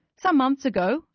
some months ago,